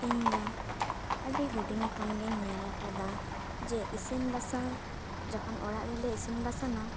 ᱤᱧ ᱫᱚ ᱟᱹᱰᱤ ᱦᱩᱰᱤᱧ ᱠᱷᱚᱱ ᱜᱮᱧ ᱧᱮᱞ ᱟᱠᱟᱫᱟ ᱡᱮ ᱤᱥᱤᱱ ᱵᱟᱥᱟᱝ ᱡᱚᱠᱷᱚᱱ ᱚᱲᱟᱜ ᱨᱮᱞᱮ ᱤᱥᱤᱱ ᱵᱟᱥᱟᱝᱼᱟ